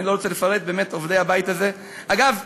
אני לא רוצה לפרט, באמת עובדי הבית הזה, אגב,